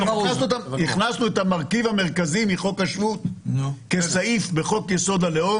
הכנסנו את המרכיב המרכזי מחוק השבות כסעיף בחוק-יסוד: הלאום